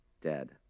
dead